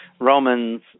Romans